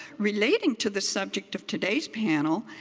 relating to the subject of today's panel,